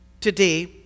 today